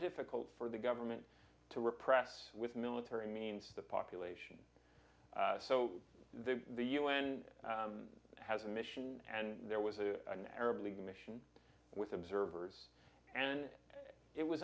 difficult for the government to repress with military means the population so the the u n has a mission and there was a an arab league mission with observers and it was